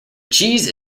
cheese